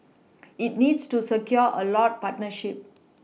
it needs to secure a lot partnerships